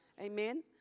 Amen